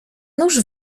nuż